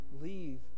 leave